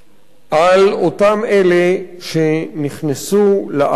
על אותם אלה שנכנסו לארץ